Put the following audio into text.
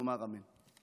ונאמר אמן.